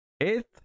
Eighth